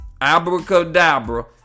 Abracadabra